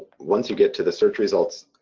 once you get to the search results,